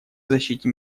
защите